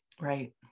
right